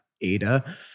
ADA